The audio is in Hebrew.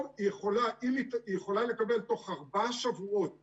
או היא יכולה לקבל תוך ארבעה שבועות כסף,